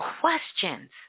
questions